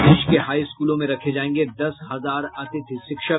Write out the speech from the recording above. प्रदेश के हाई स्कूलों में रखे जायेंगे दस हजार अतिथि शिक्षक